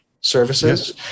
services